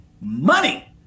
money